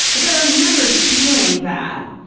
like, i remember feeling that.